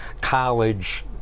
college